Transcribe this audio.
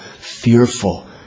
fearful